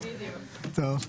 טוב.